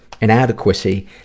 inadequacy